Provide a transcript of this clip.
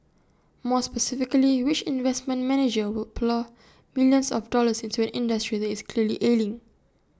more specifically which investment manager would plough millions of dollars into an industry that is clearly ailing